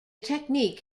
technique